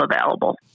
available